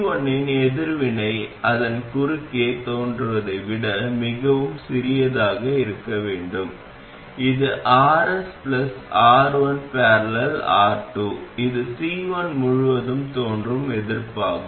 C1 இன் எதிர்வினை அதன் குறுக்கே தோன்றுவதை விட மிகவும் சிறியதாக இருக்க வேண்டும் இது Rs R1 || R2 இது C1 முழுவதும் தோன்றும் எதிர்ப்பாகும்